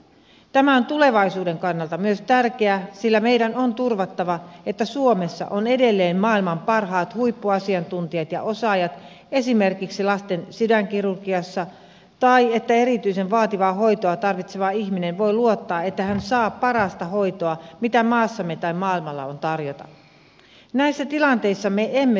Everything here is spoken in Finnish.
tämä on tulevaisuuden kannalta myös tärkeää sillä meidän on turvattava että suomessa on edelleen maailman parhaat huippuasiantuntijat ja osaajat esimerkiksi lasten sydänkirurgiassa tai että erityisen vaativaa hoitoa tarvitseva ihminen voi luottaa että hän saa parasta hoitoa mitä maassamme tai maailmalla on tarjota